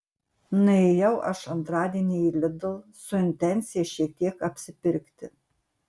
nuėjau aš antradienį į lidl su intencija šiek tiek apsipirkti